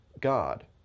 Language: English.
God